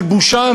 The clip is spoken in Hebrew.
של בושה,